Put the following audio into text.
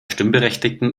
stimmberechtigten